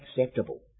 acceptable